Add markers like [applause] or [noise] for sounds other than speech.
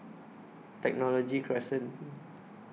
Technology Crescent [hesitation]